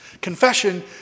Confession